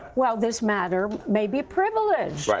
well, this matter may be privileged.